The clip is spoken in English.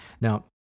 Now